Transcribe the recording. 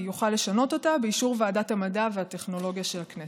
יוכל לשנות אותה באישור ועדת המדע והטכנולוגיה של הכנסת.